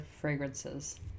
Fragrances